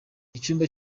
icyumba